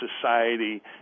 society